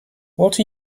what